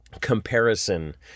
comparison